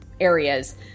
areas